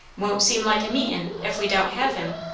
won't seem like a meetin', ef we don't hev' him.